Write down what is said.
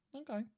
Okay